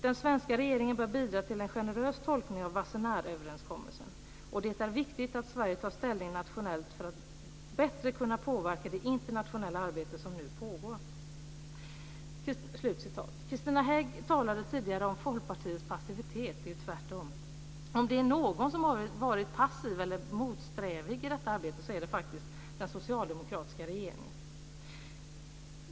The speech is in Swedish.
"Den svenska regeringen bör bidra till en generös tolkning av Wassenaar-överenskommelsen." "Det är viktigt att Sverige tar ställning nationellt för att bättre kunna påverka det internationella arbete som nu pågår." Carina Hägg talade tidigare om Folkpartiets passivitet. Det är tvärtom. Om det är någon som har varit passiv eller motsträvig i detta arbete är det faktiskt den socialdemokratiska regeringen.